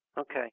Okay